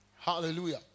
Hallelujah